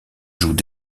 jouent